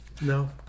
No